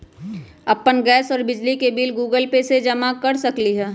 अपन गैस और बिजली के बिल गूगल पे से जमा कर सकलीहल?